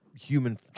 human